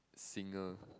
singer